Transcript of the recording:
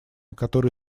которые